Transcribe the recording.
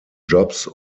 jobs